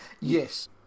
Yes